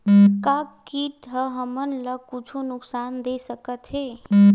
का कीट ह हमन ला कुछु नुकसान दे सकत हे?